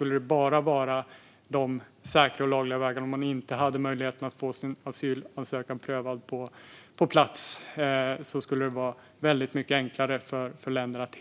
Med bara säkra och lagliga vägar och utan möjlighet att få en asylansökan prövad på plats skulle det vara mycket enklare för länder att